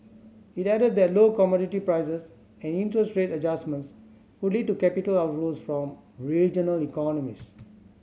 it added that low commodity prices and interest rate adjustments could lead to capital outflows from regional economies